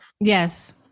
Yes